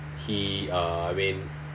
he uh when